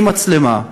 עם מצלמה,